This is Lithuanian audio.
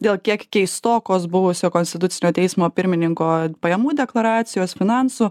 dėl kiek keistokos buvusio konstitucinio teismo pirmininko pajamų deklaracijos finansų